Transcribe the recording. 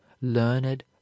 learned